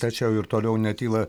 tačiau ir toliau netyla